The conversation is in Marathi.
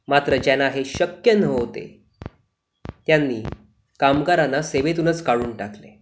मात्र ज्यांना हे शक्य नव्हते त्यांनी कामगारांना सेवेतूनच काढून टाकले